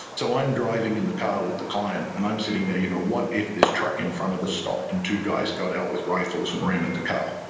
so i'm driving in the car with the client and i'm sitting there, you know what if this truck in front of us stopped and two guys got out with rifles and ran at the car?